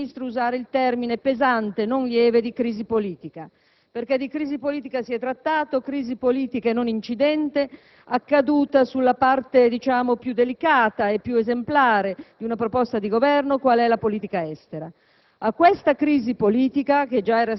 ha fatto bene sul primo punto a usare il termine pesante e non lieve di crisi politica, perché di crisi politica si è trattato; crisi politica e non incidente, accaduta nella parte più delicata e più esemplare di una proposta di Governo qual è la politica estera.